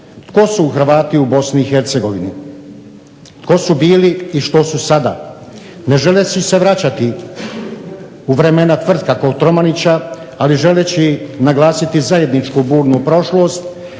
Tko su Hrvati u Bosni i Hercegovini? Tko su bili i što su sada? Ne želeći se vraćati u vremena Tvrtka Kotromanića ali želeći naglasiti zajedničku burnu prošlost,